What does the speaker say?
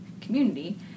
community